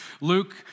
Luke